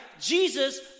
Jesus